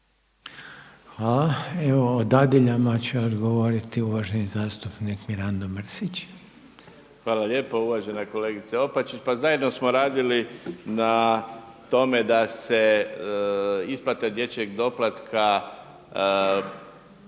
Hvala. Evo o dadiljama će odgovoriti uvaženi zastupnik Mirando Mrsić. **Mrsić, Mirando (SDP)** Hvala lijepo. Uvažena kolegice Opačić. Pa zajedno samo radili na tome da se isplate dječjeg doplatka